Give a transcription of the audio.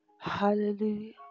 hallelujah